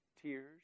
tears